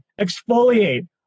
Exfoliate